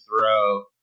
throw